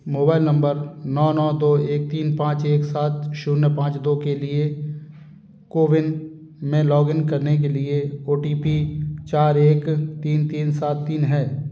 mobile number नौ नौ दो एक तीन पाँच एक सात शून्य पाँच दो के लिए कोविन में लॉग इन करने के लिए ओ टी पी चार एक तीन तीन सात तीन है